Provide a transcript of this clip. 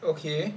okay